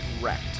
wrecked